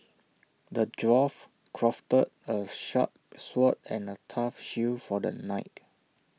the dwarf crafted A sharp sword and A tough shield for the knight